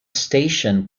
station